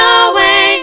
away